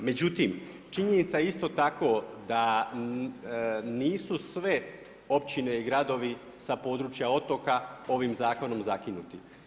Međutim, činjenica je isto tako da nisu sve općine i gradovi sa područja otoka ovim zakonom zakinuti.